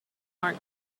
mark